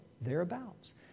thereabouts